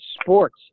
sports